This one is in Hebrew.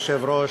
כבוד היושב-ראש,